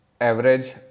average